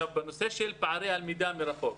בנושא של פערי הלמידה מרחוק.